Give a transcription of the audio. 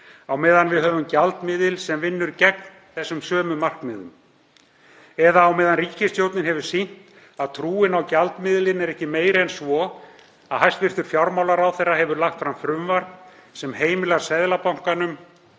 á meðan við höfum gjaldmiðil sem vinnur gegn þessum sömu markmiðum, eða á meðan ríkisstjórnin hefur sýnt að trúin á gjaldmiðilinn er ekki meiri en svo að hæstv. fjármálaráðherra hefur lagt fram frumvarp sem heimilar Seðlabankanum